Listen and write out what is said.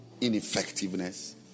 ineffectiveness